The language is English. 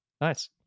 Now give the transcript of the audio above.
Nice